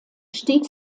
stieg